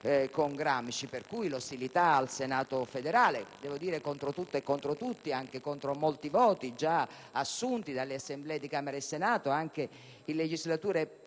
con Gramsci - da cui deriva l'ostilità al Senato federale, contro tutto e tutti, anche contro molti voti già assunti delle Assemblee di Camera e Senato anche in legislature